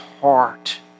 heart